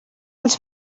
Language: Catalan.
els